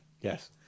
Yes